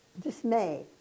dismay